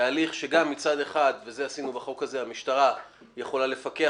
בהליך שמצד אחד המשטרה יכולה לפקח